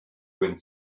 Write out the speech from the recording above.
wind